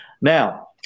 Now